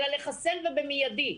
אלא לחסן ובמיידי.